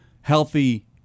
healthy